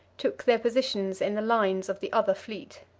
took their positions in the lines of the other fleet.